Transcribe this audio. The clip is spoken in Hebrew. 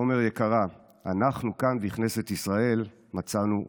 עומר יקרה, אנחנו כאן, בכנסת ישראל, מצאנו אותך.